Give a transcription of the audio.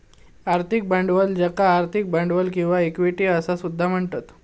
आर्थिक भांडवल ज्याका आर्थिक भांडवल किंवा इक्विटी असा सुद्धा म्हणतत